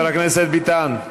חבר הכנסת ביטן.